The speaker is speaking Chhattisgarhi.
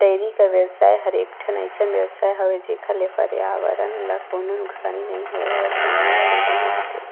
डेयरी कर बेवसाय हर एकठन अइसन बेवसाय हवे जेखर ले परयाबरन ल कोनों नुकसानी नइ होय अउ कमई घलोक बने होथे